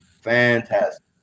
fantastic